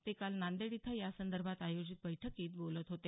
ते काल नांदेड इथं या संदर्भात आयोजित बैठकीत बोलत होते